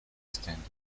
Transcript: standing